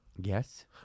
yes